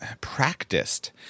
practiced